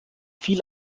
viel